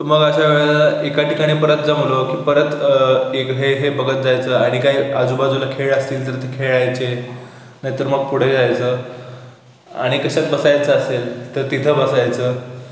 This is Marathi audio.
मग अशा वेळेला एका ठिकाणी परत जमलो की परत एक हे हे बघत जायचं आणि काही आजूबाजूला खेळ असतील तर ते खेळायचे नाहीतर मग पुढे जायचं आणि कशात बसायचं असेल तर तिथं बसायचं